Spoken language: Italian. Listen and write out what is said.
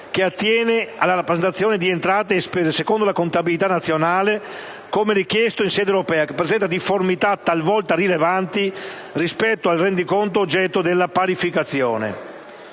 che attiene alla rappresentazione di entrate e spese secondo la contabilità nazionale, come richiesto in sede europea, che presenta difformità talvolta rilevanti rispetto al rendiconto oggetto della parificazione.